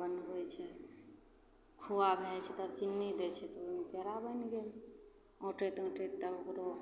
बनबै छै खुआ भै जाइ छै तब चिन्नी दै छै तब ओ पेड़ा बनि गेल औँटैत औँटैत तब ओकरो